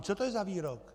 Co to je za výrok?